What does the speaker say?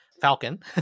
Falcon